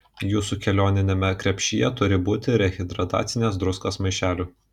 jūsų kelioniniame krepšyje turi būti rehidratacinės druskos maišelių